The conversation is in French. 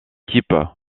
type